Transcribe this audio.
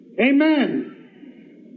Amen